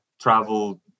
travel